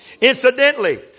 Incidentally